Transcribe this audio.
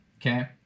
Okay